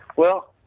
well,